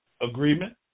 agreement